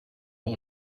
man